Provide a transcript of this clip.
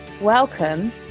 Welcome